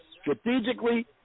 strategically